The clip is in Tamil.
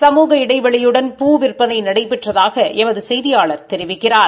சமூக இடைவெளியுடன் பூ விற்பனை நடைபெற்றதாக எமது செய்தியாளர் தெரிவிக்கிறார்